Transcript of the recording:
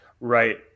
Right